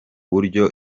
buryo